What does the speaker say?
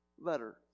letter